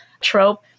trope